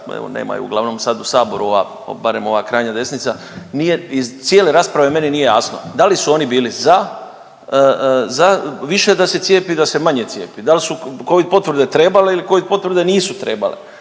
nema je uglavnom sad u saboru, ova, barem ova krajnja desnica, nije iz cijele rasprave meni nije jasno. Da li su oni bili za, za više da se cijepi, da se manje cijepi. Da li su covid potvrde trebale ili covid potvrde nisu trebale.